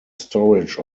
storage